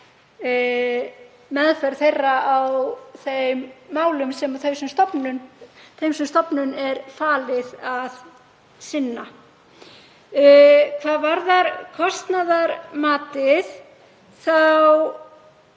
meðferð þess á þeim málum sem því sem stofnun er falið að sinna. Hvað varðar kostnaðarmatið þá